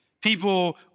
people